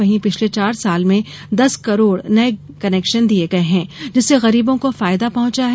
वहीं पिछले चार साल में दस करोड़ नये कनेक्शन दिये गये हैं जिससे गरीबों को फायदा पहुंचा है